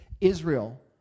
Israel